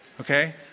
Okay